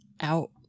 out